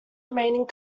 remaining